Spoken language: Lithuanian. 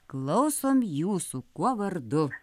klausom jūsų kuo vardu